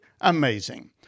amazing